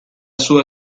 sua